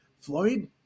Floyd